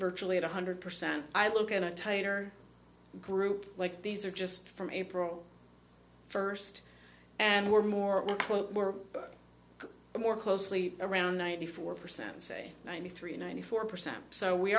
virtually one hundred percent i look at a tighter group like these are just from april first and we're more quote we're more closely around ninety four percent say ninety three ninety four percent so we